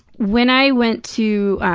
when i went to